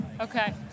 Okay